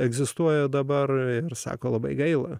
egzistuoja dabar ir sako labai gaila